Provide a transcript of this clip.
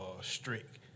strict